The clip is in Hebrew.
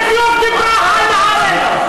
על זה בדיוק דיברה חנה ארנדט,